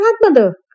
Grandmother